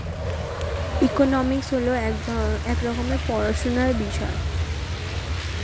economics হল এক রকমের পড়াশোনার বিষয়